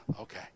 okay